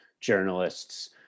journalists